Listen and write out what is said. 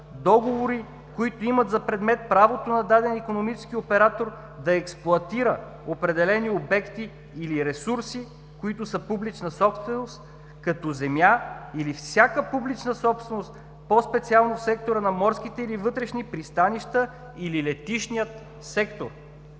договори, които имат за предмет правото на даден икономически оператор да експлоатира определени обекти или ресурси, които са публична собственост, като земя или всяка публична собственост, по-специално в сектора на морските или вътрешни пристанища или летищния сектор.“